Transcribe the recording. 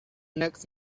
next